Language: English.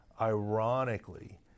Ironically